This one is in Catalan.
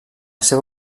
seva